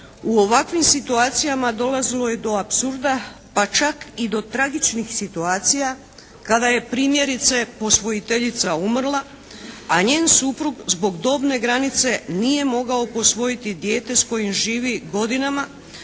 u ovakvim situacijama dolazilo je do apsurda pa čak i do tragičnih situacija kada je primjerice posvojiteljica umrla, a njen suprug zbog dobne granice nije mogao posvojiti dijete s kojim živi godinama,